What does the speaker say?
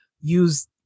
use